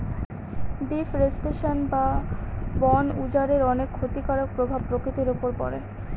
deforestation বা বন উজাড়ের অনেক ক্ষতিকারক প্রভাব প্রকৃতির উপর পড়ে